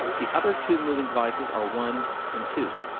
the other two moving devices are one and two.